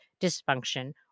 dysfunction